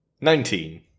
Nineteen